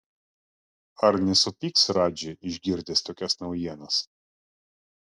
ar nesupyks radži išgirdęs tokias naujienas